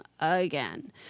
again